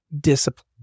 discipline